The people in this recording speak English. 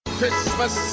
Christmas